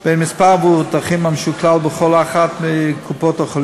בין מספר המבוטחים המשוקלל בכל אחת מקופות-החולים